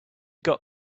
got